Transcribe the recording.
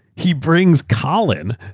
he brings colin.